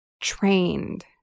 trained